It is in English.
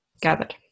gathered